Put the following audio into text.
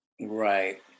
Right